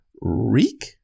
Reek